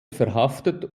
verhaftet